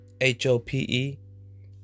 H-O-P-E